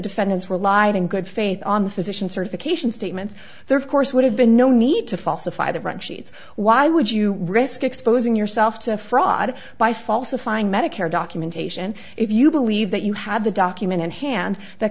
defendants relied in good faith on the physician certification statements there of course would have been no need to falsify the run sheets why would you risk exposing yourself to fraud by falsifying medicare documentation if you believe that you have the document in hand that